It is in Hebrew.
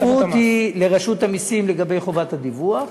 הדחיפות היא לרשות המסים לגבי חובת הדיווח.